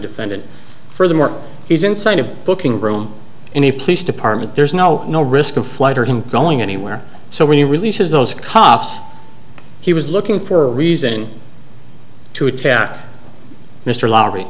defendant furthermore he's inside of booking room in a police department there's no no risk of flight or him going anywhere so when you release those cops he was looking for a reason to attack mr lottery